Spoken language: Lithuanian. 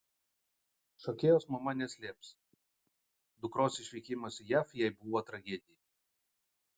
šokėjos mama neslėps dukros išvykimas į jav jai buvo tragedija